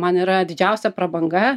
man yra didžiausia prabanga